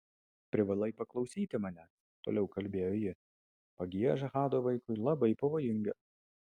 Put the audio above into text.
privalai paklausyti manęs toliau kalbėjo ji pagieža hado vaikui labai pavojinga